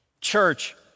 Church